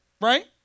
right